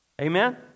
Amen